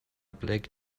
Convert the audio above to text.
black